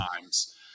times